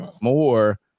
more